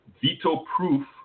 veto-proof